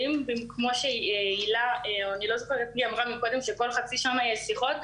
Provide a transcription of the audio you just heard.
אלה אמרה שכל חצי שנה יש שיחות,